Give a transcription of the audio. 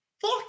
fuck